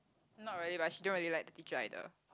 not really but she don't really like the teacher either